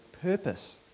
purpose